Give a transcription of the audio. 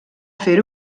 fer